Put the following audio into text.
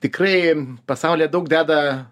tikrai pasaulyje daug deda